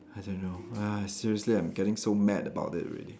I don't know seriously I'm getting so mad about it already